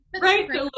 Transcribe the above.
right